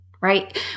Right